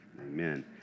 Amen